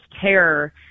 terror